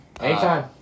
Anytime